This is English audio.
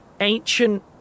ancient